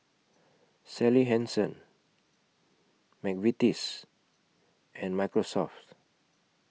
Sally Hansen Mcvitie's and Microsoft